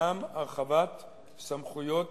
שעניינם הרחבת סמכויות